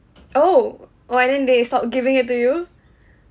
oh why didn't they stop giving it to you